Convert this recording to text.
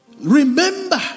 remember